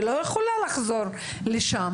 היא לא יכולה לחזור לשם